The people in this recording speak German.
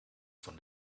von